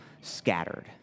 scattered